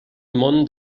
món